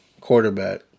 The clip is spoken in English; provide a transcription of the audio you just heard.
quarterback